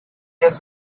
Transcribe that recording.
areas